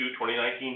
2019